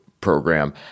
program